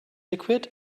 liquid